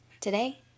Today